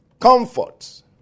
comfort